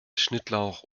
schnittlauch